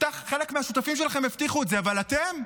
חלק מהשותפים שלכם הבטיחו את זה, אבל אתם?